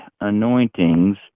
anointings